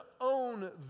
own